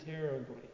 terribly